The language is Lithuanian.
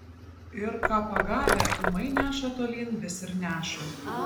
ir ką pagavę ūmai neša tolyn vis ir neša